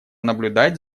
наблюдать